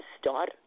start